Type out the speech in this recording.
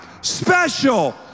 Special